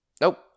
Nope